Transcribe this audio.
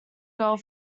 girl